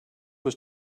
was